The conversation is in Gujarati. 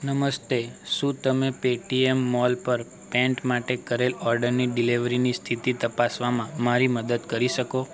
નમસ્તે શું તમે પેટીએમ મોલ પર પેન્ટ માટે કરેલ ઓર્ડરની ડિલીવરીની સ્થિતિ તપાસવામાં મારી મદદ કરી શકો